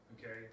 okay